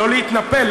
לא להתנפל,